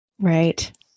Right